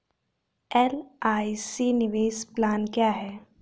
LIC निवेश plan क्या है?